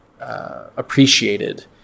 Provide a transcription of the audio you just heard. Appreciated